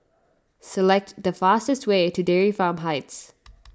select the fastest way to Dairy Farm Heights